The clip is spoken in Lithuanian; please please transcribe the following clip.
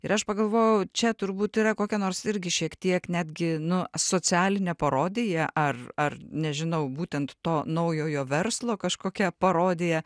ir aš pagalvojau čia turbūt yra kokia nors irgi šiek tiek netgi nu socialinė parodija ar ar nežinau būtent to naujojo verslo kažkokia parodija